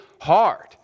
hard